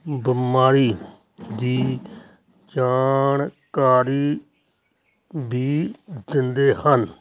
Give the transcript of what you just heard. ਬਿਮਾਰੀ ਦੀ ਜਾਣਕਾਰੀ ਵੀ ਦਿੰਦੇ ਹਨ